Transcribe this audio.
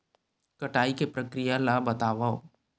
कटाई के प्रक्रिया ला बतावव?